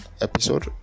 episode